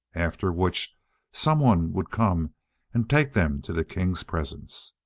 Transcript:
after which some one would come and take them to the king's presence.